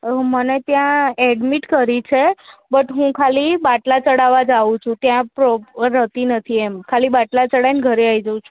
હવે મને ત્યાં એડમિટ કરી છે બટ હું ખાલી બાટલા ચડાવવા જ આવું છું ત્યાં પ્રોપ રહેતી નથી એમ ખાલી બાટલા ચડાવીને ઘરે આવી જાઉં છું